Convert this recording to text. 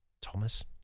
Thomas